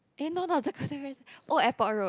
eh no not Dakota Crescent sorry Old Airport Road